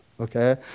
okay